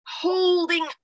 holding